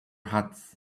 huts